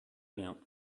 bien